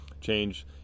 change